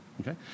okay